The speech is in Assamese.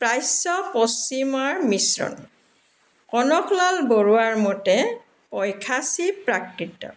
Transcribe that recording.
প্ৰাচ্য পশ্চিমৰ মিশ্ৰণ কনকলাল বৰুৱাৰ মতে পৈশাচী প্ৰাকৃত